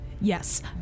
Yes